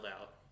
out